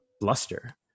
Bluster